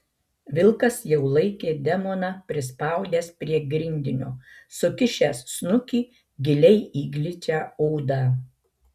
vilkas jau laikė demoną prispaudęs prie grindinio sukišęs snukį giliai į gličią odą